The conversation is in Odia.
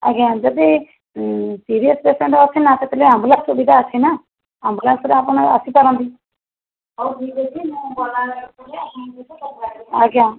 ଆଜ୍ଞା ଯଦି ସିରିଏସ ପେସେଣ୍ଟ ଅଛି ନା ସେଥିଲାଗି ଆମ୍ବୁଲାନ୍ସ ସୁବିଧା ଅଛିନା ଆମ୍ବୁଲାନ୍ସରେ ଆପଣ ଆସିପାରନ୍ତି ଆଜ୍ଞା